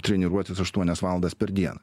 treniruotis aštuonias valandas per dieną